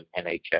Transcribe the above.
NHS